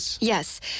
Yes